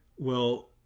well,